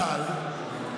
אינו נבדל בצבעו,